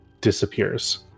disappears